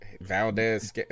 valdez